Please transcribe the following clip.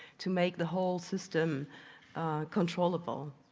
to make the whole system controllable.